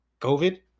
COVID